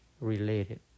related